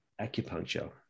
acupuncture